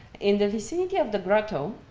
in the vicinity of the grotto